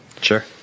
Sure